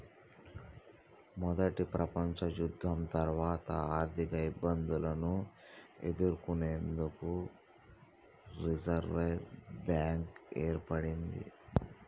మొదటి ప్రపంచయుద్ధం తర్వాత ఆర్థికఇబ్బందులను ఎదుర్కొనేందుకు రిజర్వ్ బ్యాంక్ ఏర్పడ్డది